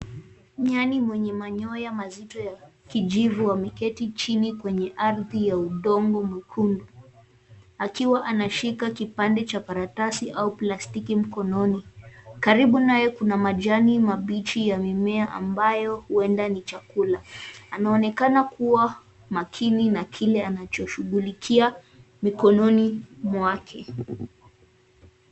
Nyani mwenye manyoya mazito ya kijivu ameketi chini kwenye ardhi ya udongo mukundu akiwa anashika kipande cha karatasi au plastiki mkononi. Karibu naye kuna majani mabichi ya mimea ambayo Huenda ni chakula anaonekana kamuwa makini na kile anachoshughulikia mikononi mwake .